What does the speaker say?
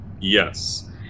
Yes